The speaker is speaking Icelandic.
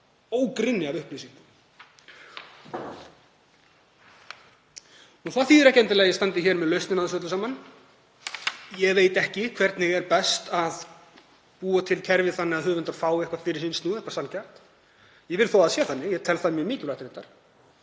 ógrynni af upplýsingum. Það þýðir ekki endilega að ég standi hér með lausnina á þessu öllu saman. Ég veit ekki hvernig er best að búa til kerfi þannig að höfundar fái eitthvað fyrir sinn snúð, eitthvað sanngjarnt. Ég vil þó að það sé þannig, ég tel það mjög mikilvægt reyndar,